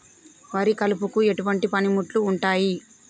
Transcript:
వరి కలుపుకు ఎటువంటి పనిముట్లు ఉంటాయి?